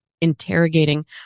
interrogating